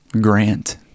Grant